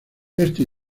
éste